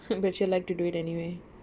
but you like to do it anyway